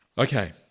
Okay